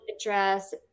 address